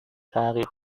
تغییر